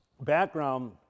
background